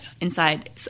Inside